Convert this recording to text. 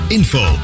info